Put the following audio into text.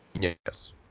Yes